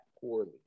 poorly